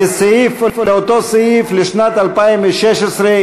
על אותו סעיף לשנת 2016,